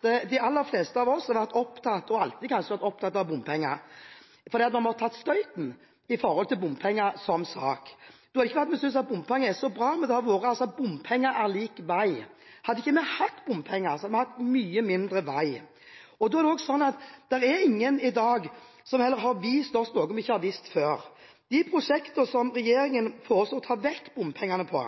De aller fleste av oss har kanskje alltid vært opptatt av bompenger, for når vi har tatt støyten når det gjelder bompenger som sak, er det ikke fordi vi synes bompenger er så bra, men fordi bompenger er lik vei. Hadde vi ikke hatt bompenger, hadde vi hatt mye mindre vei. Det er heller ingen i dag som har vist oss noe som vi ikke har visst fra før. De prosjekter som regjeringen foreslo å ta bort bompengene fra,